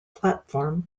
platform